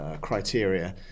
criteria